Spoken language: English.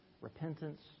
repentance